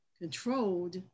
controlled